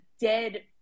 dead